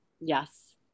Yes